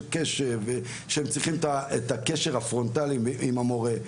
בגלל הקשב או שהם צריכים את הקשר הפרונטלי עם המורה.